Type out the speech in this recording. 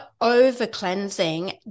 over-cleansing